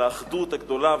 על האחדות הגדולה.